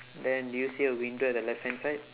then did you see a window at the left hand side